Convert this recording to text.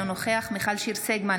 אינו נוכח מיכל שיר סגמן,